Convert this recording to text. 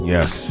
Yes